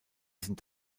sind